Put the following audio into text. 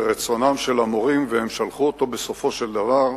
זה רצונם של המורים והם שלחו אותו, בסופו של דבר.